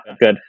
good